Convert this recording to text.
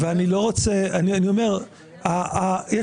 ואני לא רוצה --- לא, חלילה.